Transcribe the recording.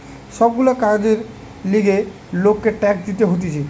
সব গুলা কাজের লিগে লোককে ট্যাক্স দিতে হতিছে